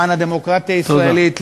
למען הדמוקרטיה הישראלית,